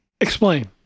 Explain